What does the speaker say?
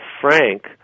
Frank